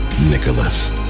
Nicholas